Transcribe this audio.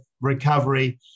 recovery